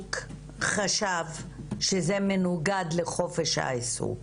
בדיוק חשב שזה מנוגד לחופש העיסוק